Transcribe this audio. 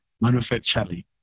manufacturing